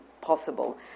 possible